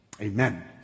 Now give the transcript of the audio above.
Amen